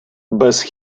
без